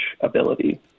ability